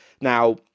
now